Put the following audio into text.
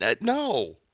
no